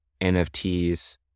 NFTs